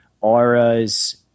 auras